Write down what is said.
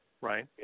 Right